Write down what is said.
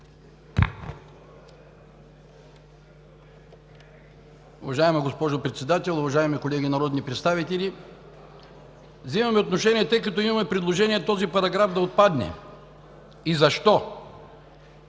Уважаема госпожо Председател, уважаеми колеги народни представители! Взимаме отношение, тъй като имаме предложение този параграф да отпадне. Защо?